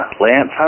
Lance